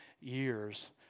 years